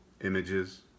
images